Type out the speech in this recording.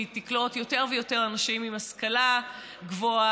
היא תקלוט יותר ויותר אנשים עם השכלה גבוהה,